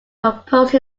composed